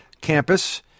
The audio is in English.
campus